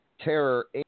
terror